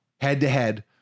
head-to-head